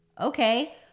Okay